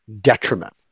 detriment